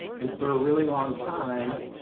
and for a really long time.